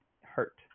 hurt